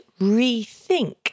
rethink